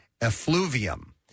effluvium